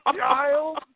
child